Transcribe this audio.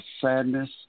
sadness